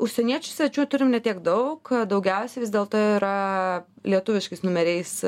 užsieniečių svečių turim ne tiek daug daugiausiai vis dėlto yra lietuviškais numeriais